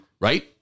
right